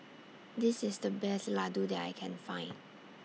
This IS The Best Laddu that I Can Find